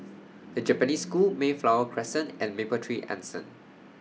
The Japanese School Mayflower Crescent and Mapletree Anson